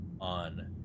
on